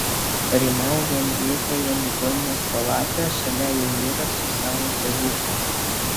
rymau vienvietėje ligoninės palatoje šalia jau mirusio savo tėvuko